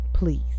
Please